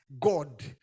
God